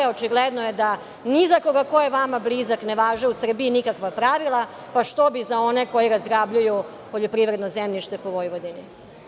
Očigledno je da ni za koga ko je vama blizak, ne važe u Srbiji nikakva pravila, pa što bi za one koji razgrabljuju poljoprivredno zemljište po Vojvodini.